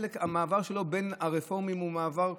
המעבר שלו בין הרפורמים הוא מעבר,